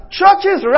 churches